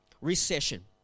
recession